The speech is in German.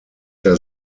der